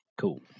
Cool